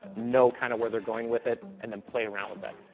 know kind of where they're going with it and then play around with that.